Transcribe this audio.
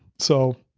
so,